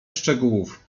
szczegółów